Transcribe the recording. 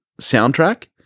soundtrack